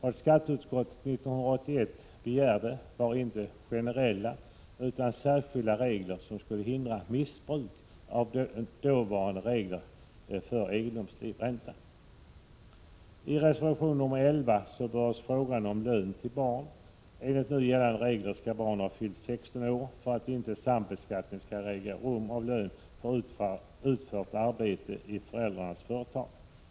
Vad skatteutskottet 1981 begärde var inte generella utan särskilda regler som skulle hindra missbruk av de dåvarande bestämmelserna för egendomslivräntor. I reservation 11 berörs frågan om lön till barn. Enligt nu gällande regler skall barn ha fyllt 16 år för att inte sambeskattning skall äga rum av lön för utfört arbete i föräldrars företag.